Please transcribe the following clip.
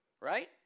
right